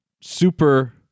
super